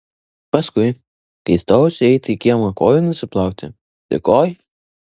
paskui kai stojausi eiti į kiemą kojų nusiplauti tik oi